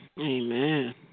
Amen